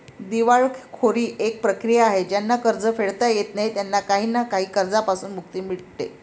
दिवाळखोरी एक प्रक्रिया आहे ज्यांना कर्ज फेडता येत नाही त्यांना काही ना काही कर्जांपासून मुक्ती मिडते